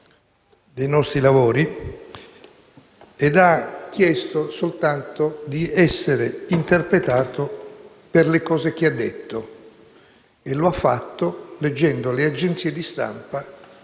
dei nostri lavori e ha chiesto soltanto di essere interpretato per ciò che ha detto. E lo ha fatto leggendo le agenzie di stampa